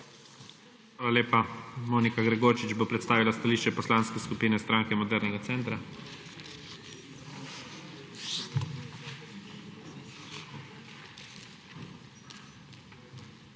Hvala lepa. Monika Gregorčič bo predstavila stališče Poslanske skupine Stranke modernega centra. **MONIKA